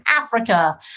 Africa